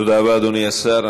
תודה רבה, אדוני השר.